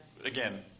Again